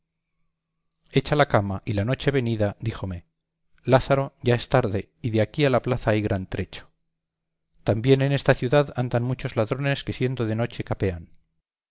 hecha la cama y la noche venida díjome lázaro ya es tarde y de aquí a la plaza hay gran trecho también en esta ciudad andan muchos ladrones que siendo de noche capean